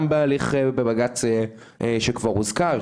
גם בהליך בבג"צ שכבר הוזכר,